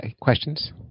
questions